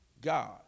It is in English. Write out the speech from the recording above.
God